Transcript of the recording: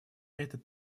этот